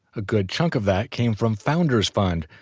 a good chunk of that came from founder's fund,